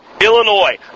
Illinois